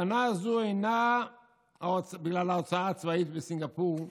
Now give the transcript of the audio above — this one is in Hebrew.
טענה זו אינה בגלל ההוצאה הצבאית בסינגפור,